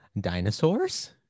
Dinosaurs